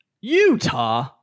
Utah